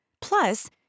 Plus